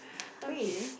okay